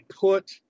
put